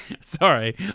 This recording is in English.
sorry